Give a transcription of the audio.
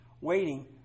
waiting